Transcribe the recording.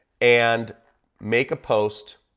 and make a post